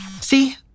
See